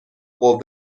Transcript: قوه